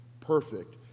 perfect